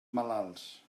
malalts